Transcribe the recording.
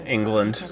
England